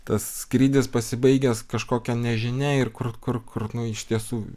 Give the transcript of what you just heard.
tas skrydis pasibaigęs kažkokia nežinia ir kur kur kur iš tiesų